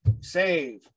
save